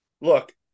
look